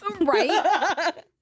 Right